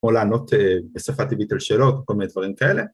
או לענות אה בשפה טבעית על שאלות כל מיני דברים כאלה.